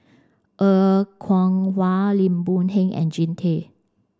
Er Kwong Wah Lim Boon Heng and Jean Tay